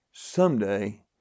someday